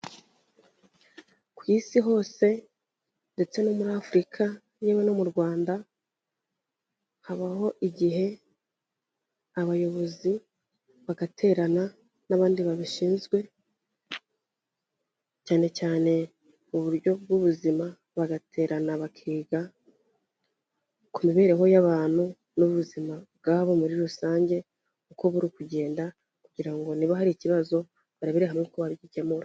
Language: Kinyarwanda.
Ku isi hose ndetse no muri Afurika yewe no mu Rwanda, habaho igihe abayobozi bagaterana n'abandi babizwe, cyane cyane mu buryo bw'ubuzima bagaterana bakiga ku mibereho y'abantu n'ubuzima bwabo muri rusange, uko buri kugenda kugira ngo niba hari ikibazo barebera hamwe uko baragikemura.